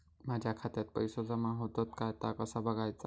माझ्या खात्यात पैसो जमा होतत काय ता कसा बगायचा?